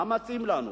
מה מציעים לנו?